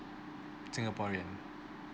singaporean